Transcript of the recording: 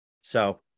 So-